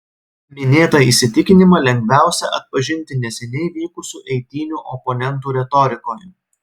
minėtą įsitikinimą lengviausia atpažinti neseniai vykusių eitynių oponentų retorikoje